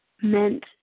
meant